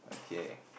okay